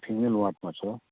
female वार्डमा छ